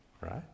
right